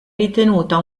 ritenuta